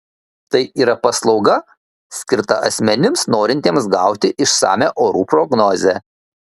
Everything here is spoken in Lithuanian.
tai yra paslauga skirta asmenims norintiems gauti išsamią orų prognozę